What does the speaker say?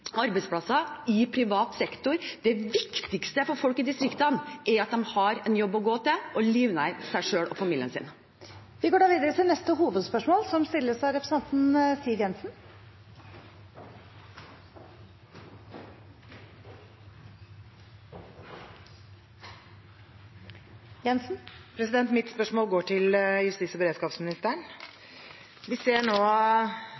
viktigste for folk i distriktene er at de har en jobb å gå til for å livnære seg selv og familien sin. Vi går videre til neste hovedspørsmål. Mitt spørsmål går til justis- og beredskapsministeren. Vi ser nå